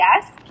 yes